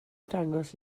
dangos